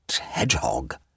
hedgehog